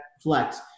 flex